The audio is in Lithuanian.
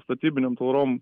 statybinėm tvorom